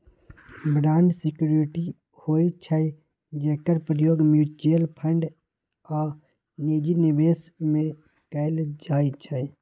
bond security होइ छइ जेकर प्रयोग म्यूच्यूअल फंड आऽ निजी निवेश में कएल जाइ छइ